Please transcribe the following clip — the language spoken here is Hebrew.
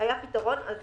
היה פתרון, אז